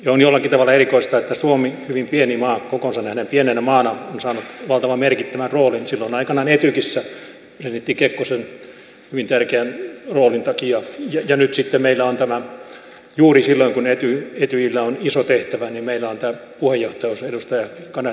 on jollakin tavalla erikoista että suomi hyvin pieni maa on saanut kokoonsa nähden valtavan merkittävän roolin silloin aikanaan etykissä presidentti kekkosen hyvin tärkeän roolin takia ja nyt sitten meillä on tämä juuri silloin kun etyjillä on iso tehtävä puheenjohtajuus edustaja kanervan muodossa